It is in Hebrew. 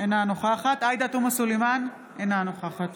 אינה נוכחת עאידה תומא סלימאן, אינה נוכחת